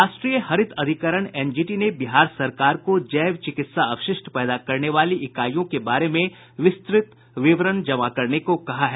राष्ट्रीय हरित अधिकरण एनजीटी ने बिहार सरकार को जैव चिकित्सा अपशिष्ट पैदा करने वाली इकाइयों के बारे में विस्तृत विवरण जमा करने को कहा है